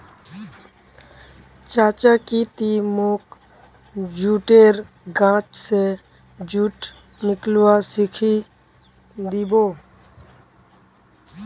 चाचा की ती मोक जुटेर गाछ स जुट निकलव्वा सिखइ दी बो